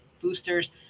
boosters